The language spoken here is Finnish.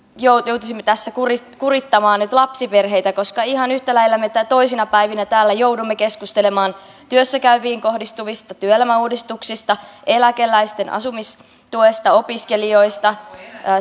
joutuisimme tässä kurittamaan kurittamaan nyt lapsiperheitä koska ihan yhtä lailla me toisina päivinä täällä joudumme keskustelemaan työssä käyviin kohdistuvista työelämäuudistuksista eläkeläisten asumistuesta opiskelijoista